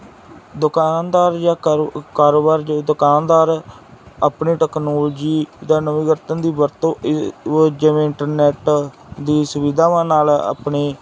ਦੁਕਾਨਦਾਰ ਜਾਂ ਕਾਰੋ ਕਾਰੋਬਾਰ ਜਦੋਂ ਦੁਕਾਨਦਾਰ ਆਪਣੀ ਟੈਕਨੋਲਜੀ ਦਾ ਨਵੀਂਕਰਨ ਦੀ ਵਰਤੋਂ ਇਹ ਉਹ ਜਿਵੇਂ ਇੰਟਰਨੈਟ ਦੀਆਂ ਸੁਵਿਧਾਵਾਂ ਨਾਲ ਆਪਣੀ